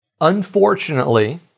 Unfortunately